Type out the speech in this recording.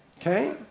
Okay